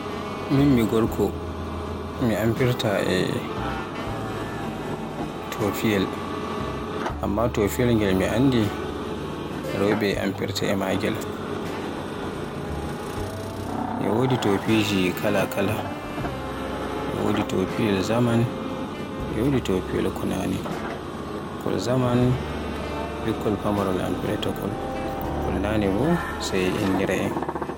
Min mi gorko mi amfirta e tofiyel. Amma tofiyel ngel mi anndi rewɓe amfirta e maagel. E wodi to tofiji kala-kala, e wodi tofiyel zaman e wodi tofiyel kol naane, kol zaman ɓikkol famarol amfirta kol, kol naane bo sai inniraen.